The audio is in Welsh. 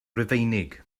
rufeinig